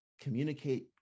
communicate